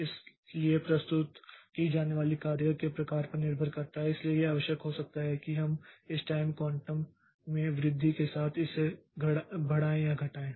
इसलिए प्रस्तुत की जाने वाले कार्य के प्रकार पर निर्भर करता है इसलिए यह आवश्यक हो सकता है कि हम इस टाइम क्वांटम में वृद्धि के साथ इसे बढ़ाएं या घटाएं